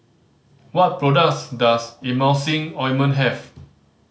what products does Emulsying Ointment have